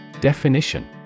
Definition